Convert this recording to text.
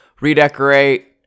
redecorate